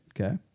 Okay